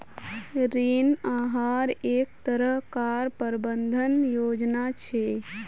ऋण आहार एक तरह कार प्रबंधन योजना छे